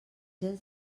gens